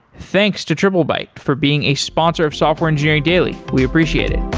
thanks to triplebyte for being a sponsor of software engineering daily. we appreciate it.